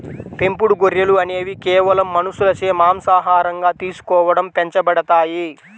పెంపుడు గొర్రెలు అనేవి కేవలం మనుషులచే మాంసాహారంగా తీసుకోవడం పెంచబడతాయి